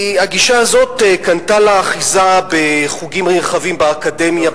הגישה הזאת קנתה לה גישה בחוגים נרחבים באקדמיה,